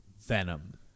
Venom